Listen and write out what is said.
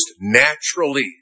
naturally